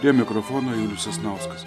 prie mikrofono julius sasnauskas